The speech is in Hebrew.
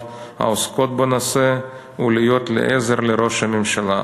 העוסקות בנושא ולהיות לעזר לראש הממשלה".